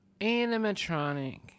Animatronic